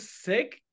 sick